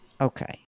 Okay